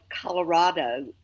Colorado